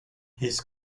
his